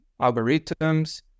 algorithms